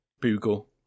Google